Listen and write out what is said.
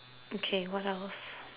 okay what else